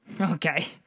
Okay